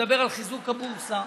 שמדבר על חיזוק הבורסה,